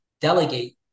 delegate